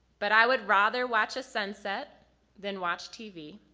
but i would rather watch a sunset than watch tv,